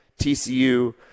TCU